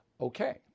Okay